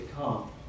come